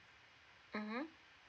mmhmm